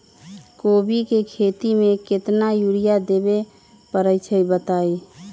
कोबी के खेती मे केतना यूरिया देबे परईछी बताई?